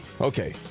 Okay